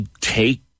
take